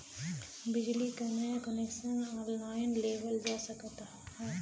बिजली क नया कनेक्शन ऑनलाइन लेवल जा सकत ह का?